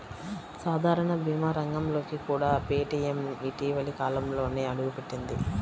సాధారణ భీమా రంగంలోకి కూడా పేటీఎం ఇటీవలి కాలంలోనే అడుగుపెట్టింది